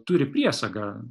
turi priesagą